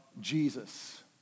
Jesus